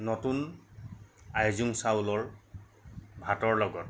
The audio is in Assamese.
নতুন আইজং চাউলৰ ভাতৰ লগত